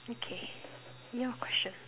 okay your question